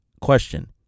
question